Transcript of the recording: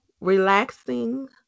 relaxing